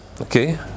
Okay